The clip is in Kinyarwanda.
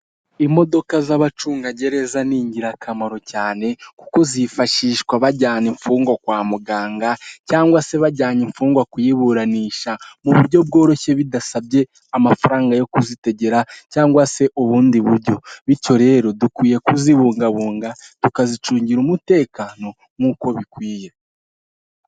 Imodoka z' abacungagereza n’ ingirakamaro cyane kuko zifashishwa bajyana imfungwa kwa muganga cyangwa se bajyanye imfungwa kuyiburanisha mu buryo bworoshye bidasabye amafaranga yo kuzitegera cyangwa se ubundi buryo bityo rero dukwiye kuzibungabunga tukazicungira umutekano nk'uko bikwiye.